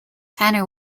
tanner